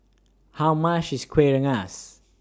How much IS Kueh Rengas